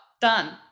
Done